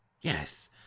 Yes